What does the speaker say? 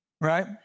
right